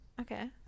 Okay